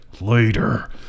later